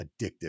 addictive